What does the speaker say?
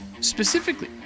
specifically